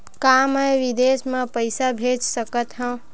का मैं विदेश म पईसा भेज सकत हव?